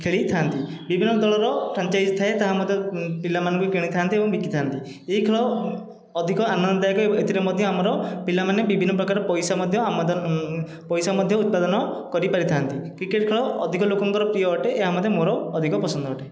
ଖେଳିଥାନ୍ତି ବିଭିନ୍ନ ଦଳର ଫ୍ରାଞ୍ଚାଇଜ ଥାଏ ତାହା ମଧ୍ୟ ପିଲାମାନଙ୍କୁ ବି କିଣିଥାନ୍ତି ଏବଂ ବିକିଥାନ୍ତି ଏହି ଖେଳ ଅଧିକ ଆନନ୍ଦ ଦାୟକ ଏଥିରେ ମଧ୍ୟ ଆମର ପିଲାମାନେ ବିଭିନ୍ନ ପ୍ରକାର ପଇସା ମଧ୍ୟ ପଇସା ମଧ୍ୟ ଉତ୍ପାଦନ କରିପାରିଥାନ୍ତି କ୍ରିକେଟ ଖେଳ ଅଧିକ ଲୋକଙ୍କର ପ୍ରିୟ ଅଟେ ଏହା ମଧ୍ୟ ମୋର ଅଧିକ ପସନ୍ଦ ଅଟେ